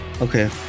okay